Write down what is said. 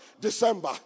December